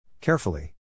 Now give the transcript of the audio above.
Carefully